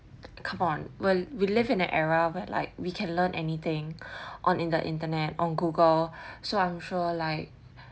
come on we'll we live in an era of it like we can learn anything on in the internet on google so I'm sure like